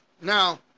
Now